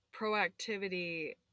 proactivity